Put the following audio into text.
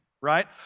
right